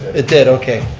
it did, okay.